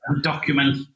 document